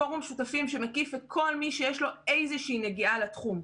פורום שותפים שמקיף את כל מי שיש איזושהי נגיעה לתחום.